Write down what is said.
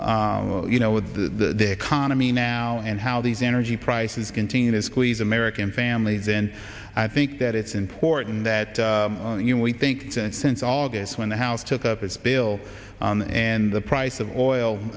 make you know with the economy now and how these energy prices continue to squeeze american families and i think that it's important that you we think since august when the house took up its bill and the price of oil